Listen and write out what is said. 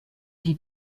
die